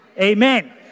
Amen